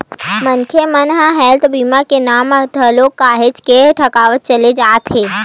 मनखे मन ह हेल्थ बीमा के नांव म घलो काहेच के ठगावत चले जावत हे